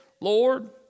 Lord